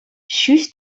ҫӳҫ